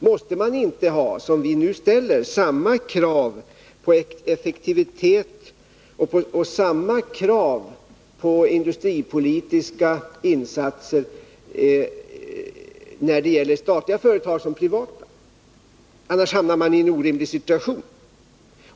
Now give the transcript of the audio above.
Måste man inte, som vi nu gör, ställa samma krav på effektivitet och industripolitiska insatser vid statliga företag lika väl som vid privata? Annars hamnar man i en orimlig situation.